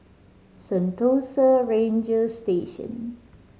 Sentosa Ranger Station